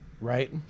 right